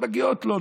שמגיעות לו.